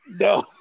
No